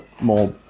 more